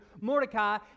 Mordecai